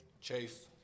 Chase